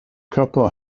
couple